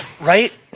Right